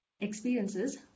experiences